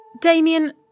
Damien